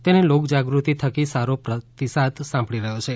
તેને લોકજાગૃતિ થકી સારો પ્રતિસાદ સાંપડી રહ્યો છે